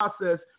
process